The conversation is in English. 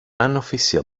unofficial